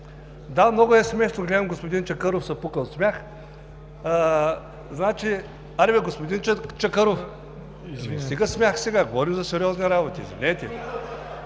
Да, много е смешно, гледам, че господин Чакъров се пука от смях. Хайде бе, господин Чакъров, стига смях, сега говорим за сериозни работи. Извинете!